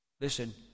Listen